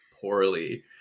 poorly